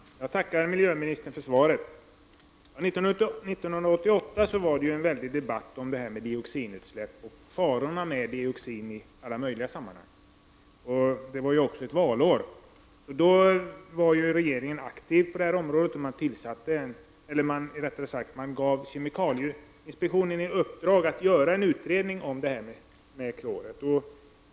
Herr talman! Jag tackar miljöministern för svaret. Under 1988 fördes en intensiv debatt om dioxinutsläpp och farorna med dioxin i alla möjliga sammanhang. Det var också valår, så regeringen var aktiv på området och gav kemikalieinspektionen i uppdrag att göra en utredning om kloret.